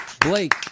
Blake